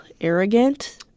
arrogant